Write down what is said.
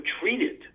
treated